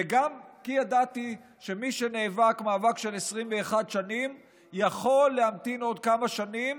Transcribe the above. וגם כי ידעתי שמי שנאבק מאבק של 21 שנים יכול להמתין עוד כמה שנים